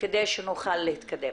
כדי שנוכל להתקדם.